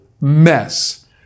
mess